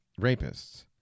rapists